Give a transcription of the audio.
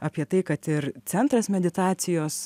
apie tai kad ir centras meditacijos